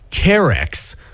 Carex